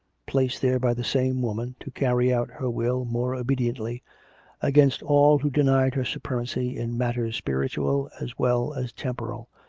placed there by the same woman to carry out her will more obediently against all who denied her supremacy in matters spiritual as well as temporal,